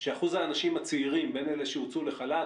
שאחוז האנשים הצעירים בין אלה שהוצאו לחל"ת